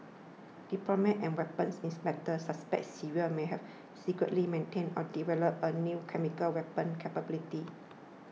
diplomats and weapons inspectors suspect Syria may have secretly maintained or developed a new chemical weapons capability